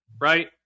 right